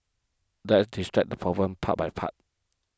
let's distract the problem part by part